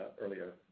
earlier